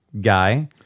guy